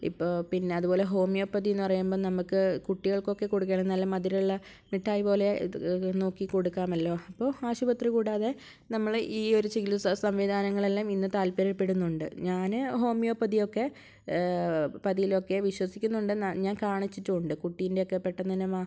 ഇപ്പോൾ പിന്നെ അതുപോലെ ഹോമിയോപ്പതി എന്ന് പറയുമ്പോൾ നമുക്ക് കുട്ടികൾക്കൊക്കെ കൊടുക്കുവാണെങ്കിൽ നല്ല മധുരം ഉള്ള മിഠായിപോലെ ഇത് നോക്കി കൊടുക്കാമല്ലോ അപ്പോൾ ആശുപത്രി കൂടാതെ നമ്മൾ ഈ ഒരു ചികിത്സ സംവിധാനങ്ങളെല്ലാം ഇന്ന് താല്പര്യപ്പെടുന്നുണ്ട് ഞാൻ ഹോമിയോപ്പതി ഒക്കെ പതിയിലൊക്കെ വിശ്വസിക്കുന്നുണ്ടെന്ന് ഞാൻ കാണിച്ചിട്ടും ഉണ്ട് കുട്ടീൻ്റെയൊക്കെ പെട്ടെന്ന് തന്നെ മാ